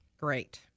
Great